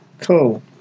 cool